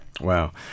Wow